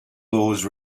laws